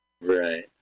Right